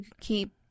keep